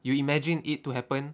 you imagine it to happen